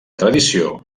tradició